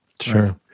Sure